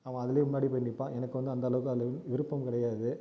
அவன் அதுலேயும் முன்னாடி போய் நிற்பான் எனக்கு வந்து அந்தளவுக்கு அதில் விருப்பம் கிடையாது